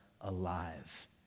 alive